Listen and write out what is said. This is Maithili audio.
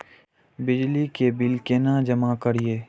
बिजली के बिल केना जमा करिए?